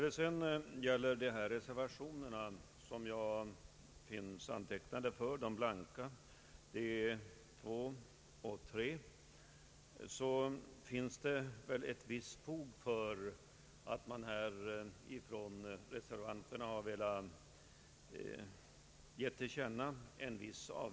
Beträffande de två blanka reservationer under vilka mitt namn återfinns — nr 2 och 3 — vill jag säga att det finns ett visst fog för den avvikande mening som reservanterna har velat ge till känna.